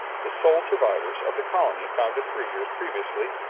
the sole survivors of the colony founded three years previously,